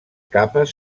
capes